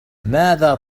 ماذا